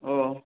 ও